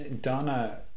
Donna